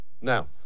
Now